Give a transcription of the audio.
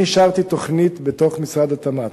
אני אישרתי תוכנית בתוך משרד התמ"ת,